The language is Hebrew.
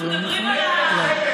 מה, נשמה, אנחנו מדברים איפה גרים.